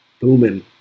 booming